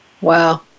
Wow